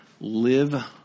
Live